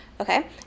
okay